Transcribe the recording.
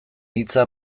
hitza